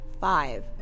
Five